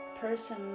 person